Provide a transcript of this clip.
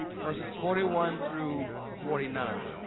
verses forty one through forty nine